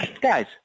Guys